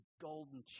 golden